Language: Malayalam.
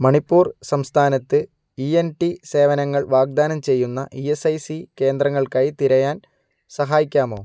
മണിപ്പൂർ സംസ്ഥാനത്ത് ഇ എൻ ടി സേവനങ്ങൾ വാഗ്ദാനം ചെയ്യുന്ന ഈ എസ് ഐ സി കേന്ദ്രങ്ങൾക്കായി തിരയാൻ സഹായിക്കാമോ